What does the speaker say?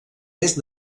est